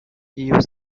you